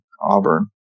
Auburn